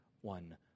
one